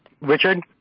Richard